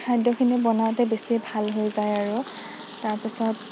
খাদ্যখিনি বনাওতে বেছি ভাল হৈ যায় আৰু তাৰপিছত